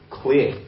clear